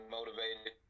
motivated